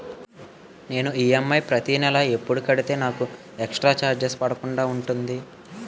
నేను ఈ.ఎం.ఐ ప్రతి నెల ఎపుడు కడితే నాకు ఎక్స్ స్త్ర చార్జెస్ పడకుండా ఉంటుంది?